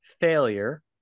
failure